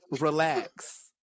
relax